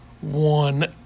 one